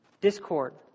discord